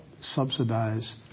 subsidize